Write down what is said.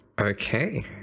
Okay